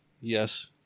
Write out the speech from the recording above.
yes